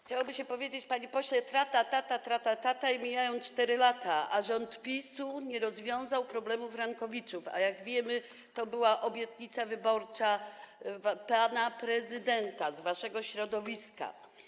Chciałoby się powiedzieć, panie pośle, tra ta ta ta, tra ta ta ta i mijają 4 lata, a rząd PiS-u nie rozwiązał problemu frankowiczów, a jak wiemy, to była obietnica wyborcza pana prezydenta z waszego środowiska.